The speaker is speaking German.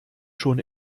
schon